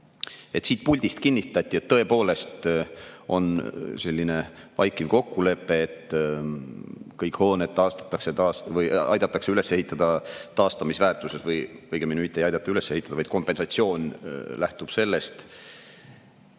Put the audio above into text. siit puldist kinnitati, et tõepoolest on selline vaikiv kokkulepe, et kõik hooned aidatakse üles ehitada taastamisväärtuses. Õigemini, mitte ei aidata üles ehitada, vaid kompensatsioon lähtub sellest.